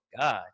god